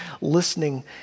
listening